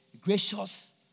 gracious